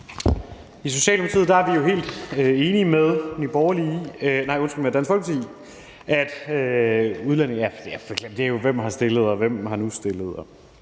I Socialdemokratiet er vi helt enige med Dansk Folkeparti i, at udlændinge, der er kommet til Danmark og begår